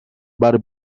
bar